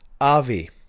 avi